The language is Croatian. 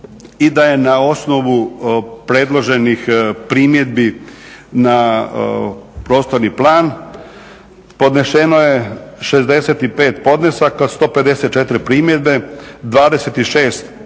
i da je na osnovu predloženih primjedbi na prostorni plan. Podneseno je 65 podnesaka, 154 primjedbe, 26 primjedaba